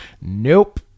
Nope